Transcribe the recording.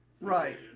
right